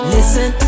Listen